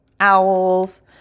Owls